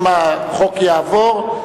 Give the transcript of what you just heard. אם החוק יעבור,